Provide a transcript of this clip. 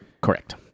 correct